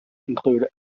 include